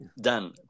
dan